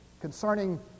concerning